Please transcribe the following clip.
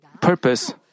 purpose